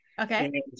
Okay